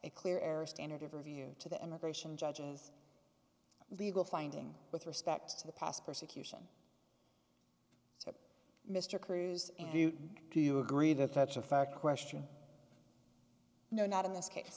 a clear error standard of review to the immigration judges legal finding with respect to the past persecution mr cruz and you do you agree that that's a fact question no not in this case